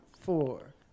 four